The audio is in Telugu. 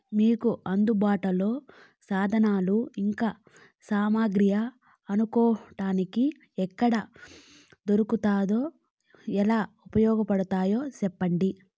మీకు అందుబాటులో సాధనాలు ఇంకా సామగ్రి కొనుక్కోటానికి ఎక్కడ దొరుకుతుందో ఎలా ఉపయోగపడుతాయో సెప్పండి?